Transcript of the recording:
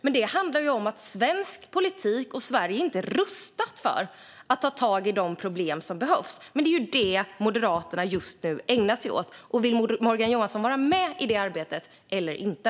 Men det handlar om att vi inom svensk politik och i Sverige inte är rustade för att ta tag i de problem vi behöver ta tag i. Men det är detta Moderaterna just nu ägnar sig åt. Vill Morgan Johansson vara med i det arbetet eller inte?